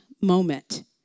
moment